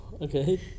Okay